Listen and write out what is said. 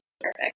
Perfect